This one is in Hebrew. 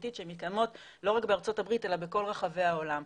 המשטרתית שמתקיימות לא רק בארצות הברית אלא בכל רחבי העולם.